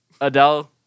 Adele